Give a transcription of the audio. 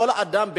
כל אדם,